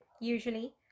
Usually